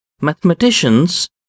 Mathematicians